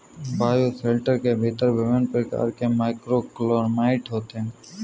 bioshelter के भीतर विभिन्न प्रकार के माइक्रोक्लाइमेट हैं